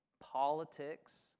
politics